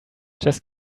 just